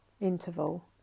interval